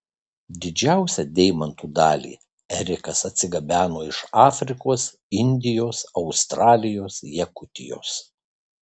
didžiausią deimantų dalį erikas atsigabeno iš afrikos indijos australijos jakutijos